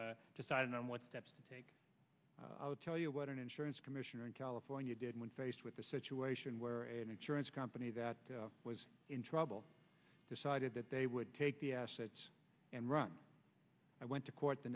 have decided on what steps to take i would tell you what an insurance commissioner in california did when faced with a situation where an insurance company that was in trouble decided that they would take the assets and run i went to court the